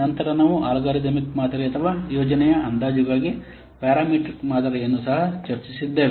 ನಂತರ ನಾವು ಅಲ್ಗಾರಿದಮಿಕ್ ಮಾದರಿ ಅಥವಾ ಯೋಜನೆಯ ಅಂದಾಜುಗಾಗಿ ಪ್ಯಾರಾಮೀಟ್ರಿಕ್ ಮಾದರಿಯನ್ನು ಸಹ ಚರ್ಚಿಸಿದ್ದೇವೆ